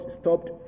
stopped